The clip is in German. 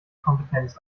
kompetenz